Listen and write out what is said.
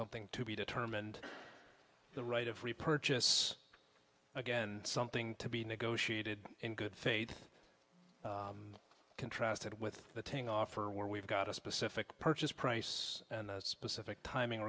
something to be determined the right of repurchase again something to be negotiated in good faith contrasted with the ting offer where we've got a specific purchase price and specific timing